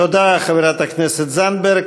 תודה לחברת הכנסת זנדברג.